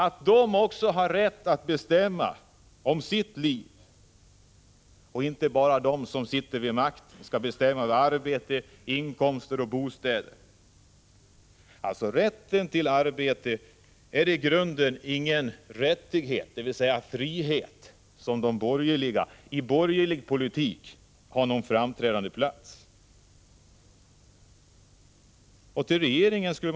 De har också rätt att bestämma om sitt liv och inte bara att överlåta detta åt dem som sitter vid makten och bestämmer över arbetsinkomster och bostäder. Rätten till arbete är i grunden ingen rättighet, dvs. frihet, som har framträdande plats i borgerlig politik.